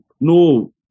No